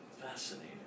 Fascinating